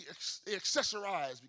accessorize